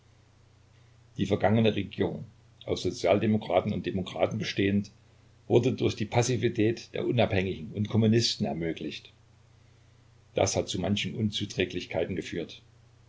die vergangene regierung aus sozialdemokraten und demokraten bestehend wurde durch die passivität der unabhängigen und kommunisten ermöglicht das hat zu manchen unzuträglichkeiten geführt